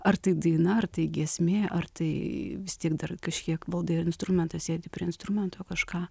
ar tai daina ar tai giesmė ar tai vis tiek dar kažkiek valdai ir instrumentas sėdi prie instrumento kažką